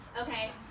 Okay